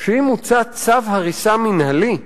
שאם מוצא צו הריסה מינהלי,